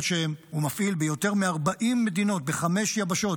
שהוא מפעיל ביותר מ-40 מדינות בחמש יבשות,